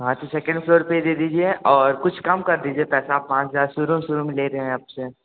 हाँ तो second floor पर दे दीजिए और कुछ कम कर दीजिए पैसा पाँच हज़ार में शुरू शुरू में ले रहे हैं आप से